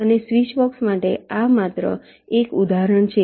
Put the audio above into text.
અને સ્વીચબોક્સ માટે આ માત્ર એક ઉદાહરણ છે